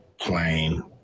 Plain